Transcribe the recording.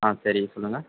ஆ சரி சொல்லுங்கள்